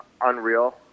unreal